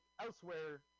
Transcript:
elsewhere